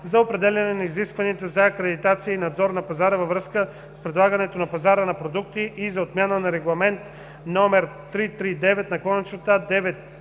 за определяне на изискванията за акредитация и надзор на пазара във връзка с предлагането на пазара на продукти и за отмяна на Регламент (ЕИО) № 339/93 (ОВ, L